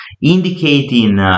indicating